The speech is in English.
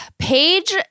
Page